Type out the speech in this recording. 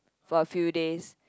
for a few days